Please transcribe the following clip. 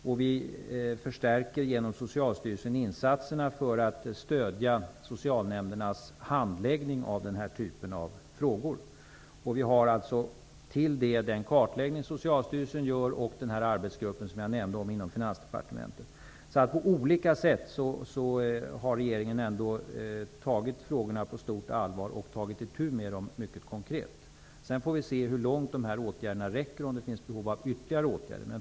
Genom Socialstyrelsen förstärker vi insatserna för att stödja socialnämndernas handläggning av sådana här frågor. Till detta kommer den kartläggning som Socialstyrelsen gör och den arbetsgrupp inom Finansdepartementet som jag nämnde. Regeringen har på olika sätt tagit frågorna på stort allvar, och regeringen har mycket konkret tagit itu med dem. Vi får se hur långt dessa åtgärder räcker och om det finns behov av ytterligare åtgärder.